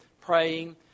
praying